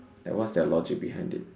like what's they're logic behind it